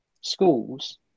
schools